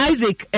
Isaac